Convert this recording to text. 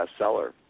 bestseller